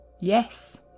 Yes